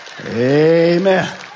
Amen